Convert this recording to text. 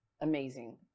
amazing